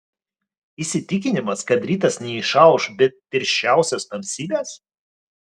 įsitikinimas kad rytas neišauš be tirščiausios tamsybės